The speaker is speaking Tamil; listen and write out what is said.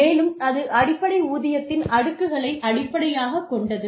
மேலும் அது அடிப்படை ஊதியத்தின் அடுக்குகளை அடிப்படையாகக் கொண்டது